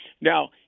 now